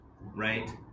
right